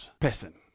person